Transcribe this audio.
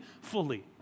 fully